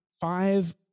five